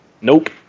Nope